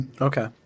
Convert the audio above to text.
Okay